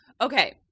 okay